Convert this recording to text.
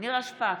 נירה שפק,